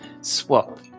swap